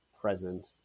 present